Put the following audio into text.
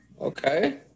Okay